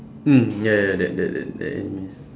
mm ya ya that that that that anime